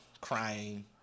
crying